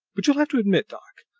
but you'll have to admit, doc,